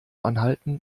anhalten